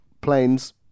planes